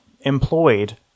employed